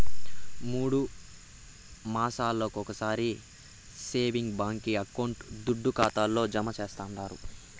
మూడు మాసాలొకొకసారి సేవింగ్స్ బాంకీ అకౌంట్ల దుడ్డు ఖాతాల్లో జమా చేస్తండారు